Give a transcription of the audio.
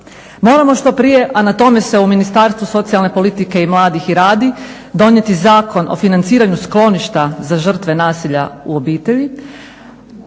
Moramo što prije, a na tome se u Ministarstvu socijalne politike i mladih i radi, donijeti zakon o financiranju skloništa za žrtve nasilja u obitelji,